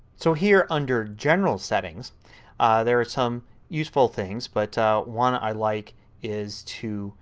so here under general settings there is some useful things but one i like is to